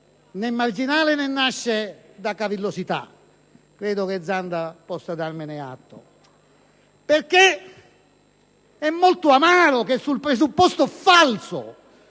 né marginale né nasce da cavillosità e credo che il senatore Zanda possa darmene atto, perché è molto amaro che dal presupposto ‑ falso